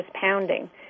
pounding